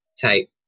type